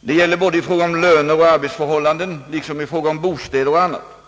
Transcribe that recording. Det gäller såväl i fråga om löner och arbetsförhållanden som i fråga om bostäder och annat.